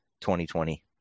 2020